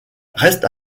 reste